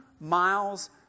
miles